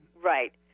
Right